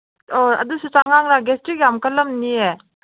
ꯑꯣ ꯑꯗꯨꯁꯨ ꯆꯉꯥꯡꯂ ꯒꯦꯁꯇ꯭ꯔꯤꯛ ꯌꯥꯝ ꯀꯜꯂꯝꯅꯤꯌꯦ